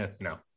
no